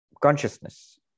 Consciousness